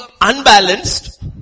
unbalanced